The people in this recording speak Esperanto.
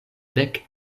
dek